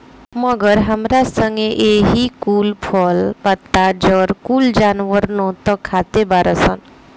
मगर हमरे संगे एही कुल फल, पत्ता, जड़ कुल जानवरनो त खाते बाड़ सन